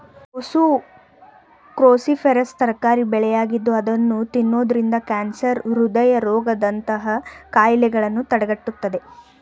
ಕೋಸು ಕ್ರೋಸಿಫೆರಸ್ ತರಕಾರಿ ಬೆಳೆಯಾಗಿದ್ದು ಅದನ್ನು ತಿನ್ನೋದ್ರಿಂದ ಕ್ಯಾನ್ಸರ್, ಹೃದಯ ರೋಗದಂತಹ ಕಾಯಿಲೆಗಳನ್ನು ತಡೆಗಟ್ಟುತ್ತದೆ